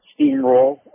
steamroll